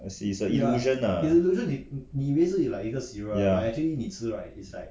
is an illusion lah ya